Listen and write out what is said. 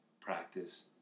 practice